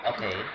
Okay